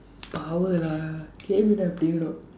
power lah கேள்வினா இப்படி இருக்கனும்:keelvinaa ippadi irukkanum